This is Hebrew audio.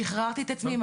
שחררתי את עצמי" -- טוב.